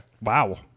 Wow